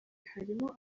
harimo